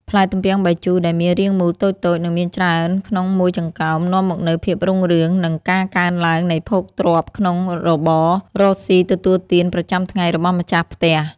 ផ្លែទំពាំងបាយជូរដែលមានរាងមូលតូចៗនិងមានច្រើនក្នុងមួយចង្កោមនាំមកនូវភាពរុងរឿង និង ការកើនឡើងនៃភោគទ្រព្យក្នុងរបររកស៊ីទទួលទានប្រចាំថ្ងៃរបស់ម្ចាស់ផ្ទះ។